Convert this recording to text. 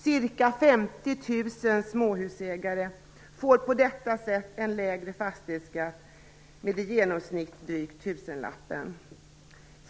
Ca 50 000 småhusägare får på detta sätt en lägre fastighetsskatt, i genomsnitt med drygt tusenlappen.